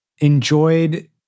enjoyed